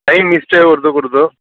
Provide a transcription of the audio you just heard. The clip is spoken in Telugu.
టైం మిస్ చెయ్యకూడదు కూడదు